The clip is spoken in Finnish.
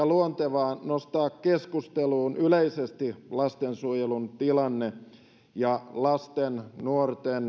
luontevaa myös nostaa keskusteluun yleisesti lastensuojelun tilanne ja lasten nuorten